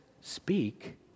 speak